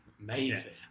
amazing